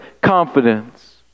confidence